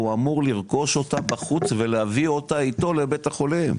הוא אמור לרכוש אותה בחוץ ולהביא אותה איתו לבית החולים.